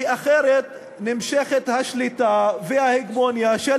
כי אחרת נמשכת השליטה וההגמוניה של